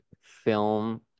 film